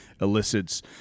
elicits